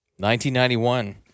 1991